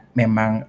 memang